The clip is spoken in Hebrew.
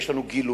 יש לנו גילויים,